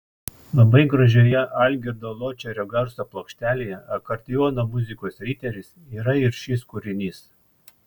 labai gražioje algirdo ločerio garso plokštelėje akordeono muzikos riteris yra ir šis kūrinys